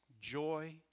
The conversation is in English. joy